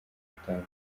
gutanga